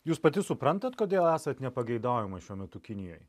jūs pati suprantat kodėl esate nepageidaujamas šiuo metu kinijoj